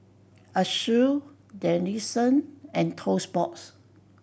Asus Denizen and Toast Box